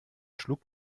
schlug